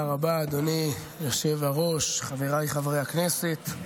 חברי הכנסת,